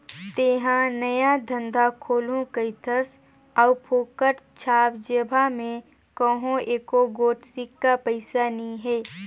तेंहा नया धंधा खोलहू कहिथस अउ फोकट छाप जेबहा में कहों एको गोट सिक्का पइसा नी हे